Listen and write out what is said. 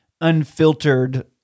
unfiltered